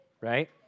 Right